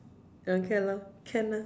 okay lor can lah